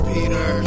Peter